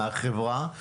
מהחברה,